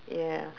ya